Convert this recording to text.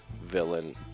villain